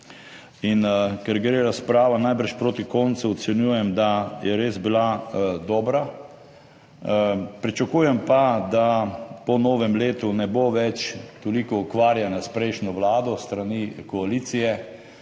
Ker gre razprava najbrž proti koncu, ocenjujem, da je bila res dobra. Pričakujem, da po novem letu ne bo več toliko ukvarjanja s prejšnjo vlado s strani koalicije,